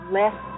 less